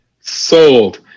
Sold